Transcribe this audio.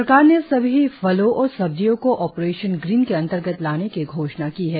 सरकार ने सभी फलों और सब्जियों को ऑपरेशन ग्रीन के अंतर्गत लाने की घोषणा की है